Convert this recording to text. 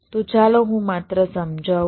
તો ચાલો હું માત્ર સમજાવું